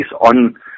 on